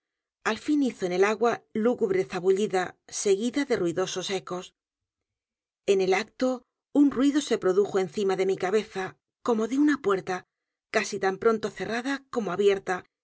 al fin hizo en el agua lúgubre zabullida seguida de ruidosos ecos e n el acto un ruido se produjo encima de mi cabeza como de una puerta casi tan pronto cerrada como abierta